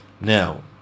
Now